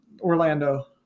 Orlando